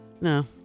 No